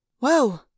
Whoa